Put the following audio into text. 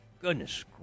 Goodness